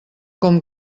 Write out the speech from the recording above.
com